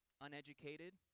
Uneducated